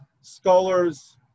scholars